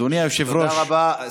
אדוני היושב-ראש, תודה רבה.